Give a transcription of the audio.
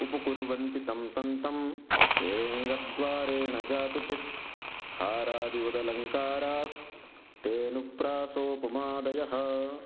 उपकुर्वन्ति तं सन्तं येऽङ्ग द्वारेण जातुचित् हारादि वद् अलङ्कारास् तेऽनुप्रासोपमादयः